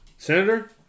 Senator